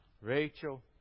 Rachel